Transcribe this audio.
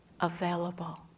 available